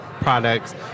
products